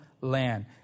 land